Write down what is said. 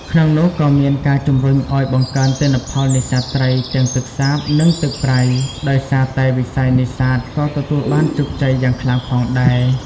ក្នុងនោះ ក៏មានការជំរុញឱ្យបង្កើនទិន្នផលនេសាទត្រី ទាំងទឹកសាប និងទឹកប្រៃ ដោយសារតែវិស័យនេសាទក៏ទទួលបានជោគជ័យយ៉ាងខ្លាំងផងដែរ។